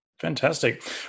Fantastic